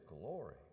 glory